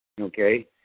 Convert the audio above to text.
Okay